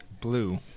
Blue